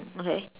okay